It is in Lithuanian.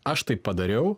aš tai padariau